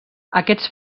aquests